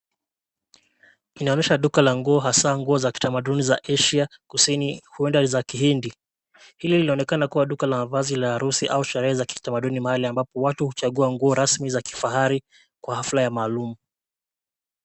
Inaonyesha duka la nguo hasa nguo za kitamaduni za a Asia kusini huenda za kihindi. Hili linaonekana kuwa duka la mavazi ya harusi au sherehe za kitamaduni mahali ambapo watu huchagua nguo rasmi za kifahari kwa hafla ya maalum.